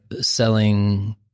selling